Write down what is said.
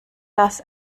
das